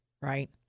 right